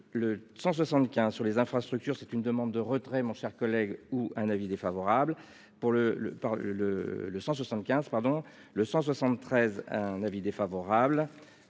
le 175 sur les infrastructures, c'est une demande de retrait, mon cher collègue ou un avis défavorable pour le le par le le 175 pardon le 173 un avis défavorable